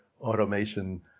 automation